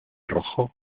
rojo